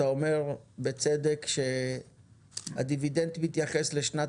אתה אומר בצדק שהדיבידנד מתייחס לשנת